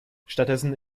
stattdessen